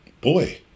Boy